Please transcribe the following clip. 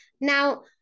Now